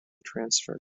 transfer